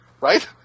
right